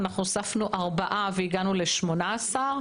אנחנו הוספנו ארבעה והגענו ל-18.